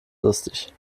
lustig